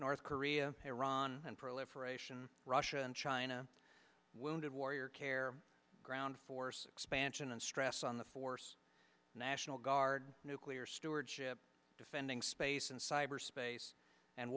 north korea iran and proliferation russia and china wounded warrior care ground force expansion and stress on the force national guard nuclear stewardship defending space in cyber space and